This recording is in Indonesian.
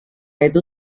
itu